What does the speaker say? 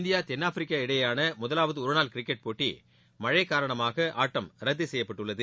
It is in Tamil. இந்தியா தென்னாப்பிரிக்க இடையேயான முதலாவது ஒரு நாள் கிரிக்கெட் போட்டி மழை காரணமாக ஆட்டம் ரத்து செய்யப்பட்டுள்ளது